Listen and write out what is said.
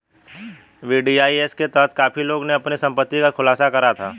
VDIS के तहत काफी लोगों ने अपनी संपत्ति का खुलासा करा था